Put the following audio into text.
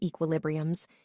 equilibriums